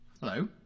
Hello